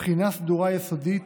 בחינה סדורה ויסודית